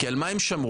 על מה הם שמרו?